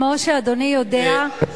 כמו שאדוני יודע,